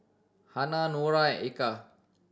Hana Noah and Eka